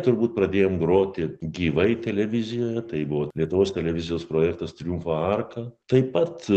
turbūt pradėjom groti gyvai televizijoje tai buvo lietuvos televizijos projektas triumfo arka taip pat